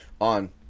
on